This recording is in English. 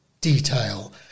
detail